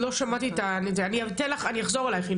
אני אחזור אלייך.